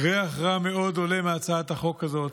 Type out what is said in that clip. ריח רע מאוד עולה מהצעת החוק הזאת.